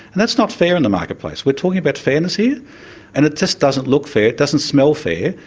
and that's not fair in the marketplace. we're talking about fairness here and it just doesn't look fair, it doesn't smell fair.